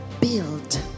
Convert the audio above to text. Build